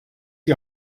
die